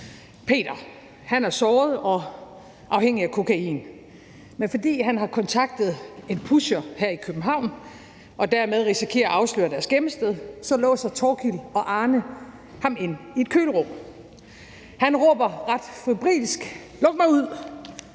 Peter, er såret og afhængig af kokain, men fordi han har kontaktet en pusher her i København og dermed risikerer at afsløre deres gemmested, låser Torkild og Arne ham inde i et kølerum. Han råber ret febrilsk: Luk mig ud.